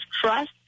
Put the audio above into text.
trust